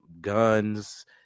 guns